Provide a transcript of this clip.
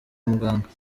muganga